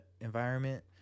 environment